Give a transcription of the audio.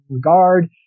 Guard